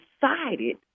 decided